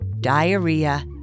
diarrhea